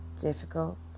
difficult